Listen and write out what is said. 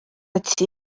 ati